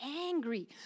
angry